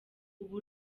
ubu